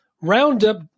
Roundup